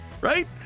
right